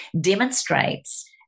demonstrates